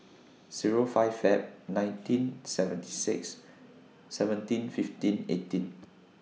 Zero five Feb nineteen seventy six seventeen fifteen eighteen